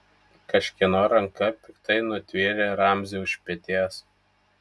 kažkieno ranka piktai nutvėrė ramzį už peties